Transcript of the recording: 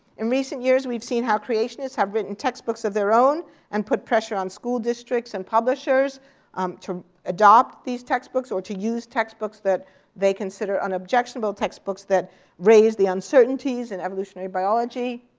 in recent years we've seen how creationists have written textbooks of their own and put pressure on school districts and publishers um to adopt these textbooks, or to use textbooks that they consider unobjectionable textbooks that raise the uncertainties in evolutionary biology.